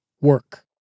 work